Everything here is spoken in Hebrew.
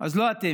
אז לא אתם.